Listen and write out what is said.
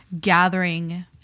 gathering